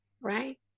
Right